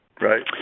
Right